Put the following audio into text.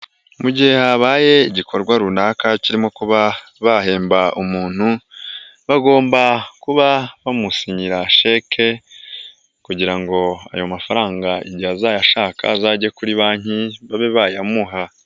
Mu gihe habaye igikorwa runaka, kirimo kuba bahemba umuntu, bagomba kuba bamusinyira sheke kugira ngo ayo mafaranga igihe azayashaka, azajye kuri banki babe bayamuha.